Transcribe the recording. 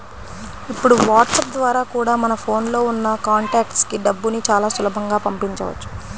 ఇప్పుడు వాట్సాప్ ద్వారా కూడా మన ఫోన్ లో ఉన్న కాంటాక్ట్స్ కి డబ్బుని చాలా సులభంగా పంపించవచ్చు